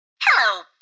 Hello